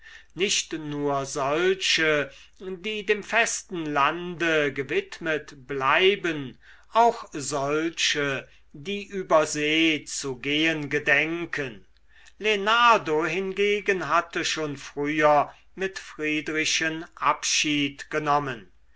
nicht nur solche die dem festen lande gewidmet bleiben auch solche die über see zu gehen gedenken lenardo hingegen hatte schon früher mit friedrichen abschied genommen